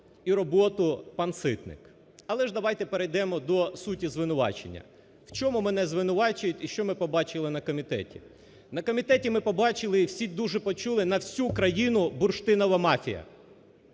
і роботу пан Ситник. Але ж давайте перейдемо до суті звинувачення. В чому мене звинувачують і що ми побачили на комітеті? На комітеті ми побачили, всі дуже почули на всю Україну "бурштинова мафія".